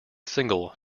single